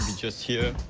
and just here,